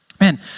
man